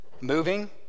Moving